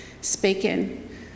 speaking